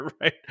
right